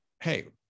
hey